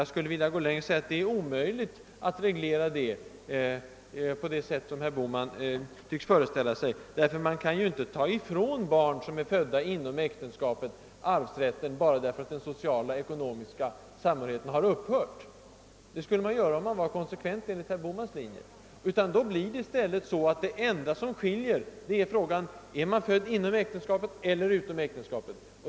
Jag skulle vilja gå längre och säga att det är omöjligt att reglera detta på det sätt som herr Bohman tycks föreställa sig. Man kan ju inte ta ifrån barn som är födda inom äktenskapet arvsrätten bara där för att den sociala och ekonomiska samhörigheten upphört. Det borde man ju göra, om man konsekvent följde herr Bohmans linje. Men det blir i stället så, att det enda som skiljer är frågan, huruvida man är född inom eller utom äktenskapet.